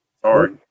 Sorry